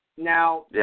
Now